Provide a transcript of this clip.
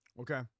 Okay